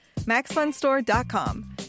MaxFunStore.com